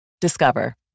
Discover